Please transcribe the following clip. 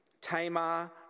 Tamar